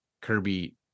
Kirby